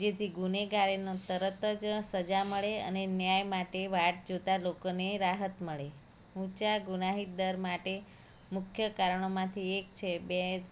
જેથી ગુનેગાર એનો તરત જ સજા મળે અને ન્યાય માટે વાટ જોતાં લોકોને રાહત મળે ઊંચા ગુનાહિત દર માટે મુખ્ય કારણોમાંથી એક છે બે